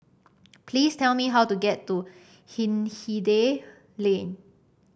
please tell me how to get to Hindhede Lane